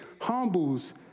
humbles